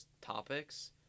topics